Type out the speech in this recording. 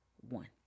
one